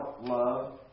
love